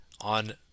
on